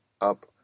up